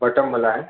button वाला है